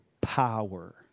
power